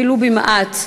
אפילו במעט,